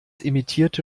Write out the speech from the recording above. emittierte